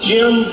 Jim